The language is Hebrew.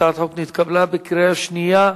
הצעת החוק נתקבלה בקריאה שנייה.